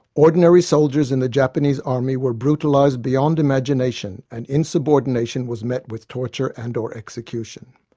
ordinary soldiers in the japanese army were brutalized beyond imagination and insubordination was met with torture and or execution.